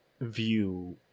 view